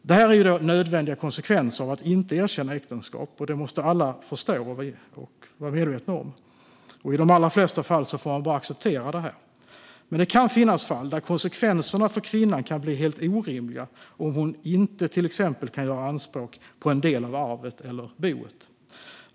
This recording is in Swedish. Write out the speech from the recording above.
Detta är nödvändiga konsekvenser av att inte erkänna äktenskap, och det måste alla förstå och vara medvetna om. I de allra flesta fall får man bara acceptera detta. Det kan dock finnas fall där konsekvenserna för kvinnan kan bli helt orimliga om hon till exempel inte kan göra anspråk på en del av arvet eller boet.